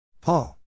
Paul